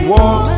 War